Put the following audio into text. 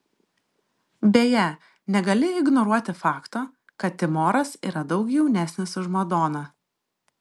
beje negali ignoruoti fakto kad timoras yra daug jaunesnis už madoną